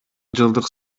жылдык